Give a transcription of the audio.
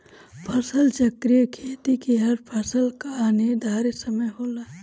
फसल चक्रीय खेती में हर फसल कअ निर्धारित समय होला